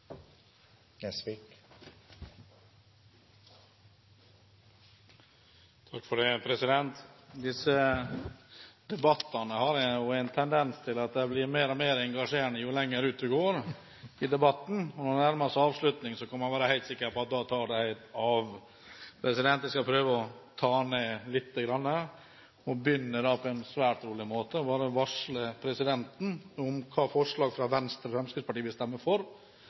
Disse debattene har en tendens til å bli mer og mer engasjerende jo lenger det går ut i debatten, og når det nærmer seg avslutning, kan man være sikker på at det tar helt av. Jeg skal prøve å ta det ned litt og begynne på en svært rolig måte – bare varsle presidenten om hvilke forslag fra Venstre Fremskrittspartiet vil stemme for. Fremskrittspartiet har tidligere varslet at vi stemmer for Høyres utdelte forslag, forslag nr. 32. Så vil vi stemme for